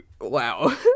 wow